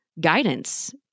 guidance